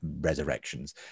resurrections